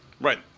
Right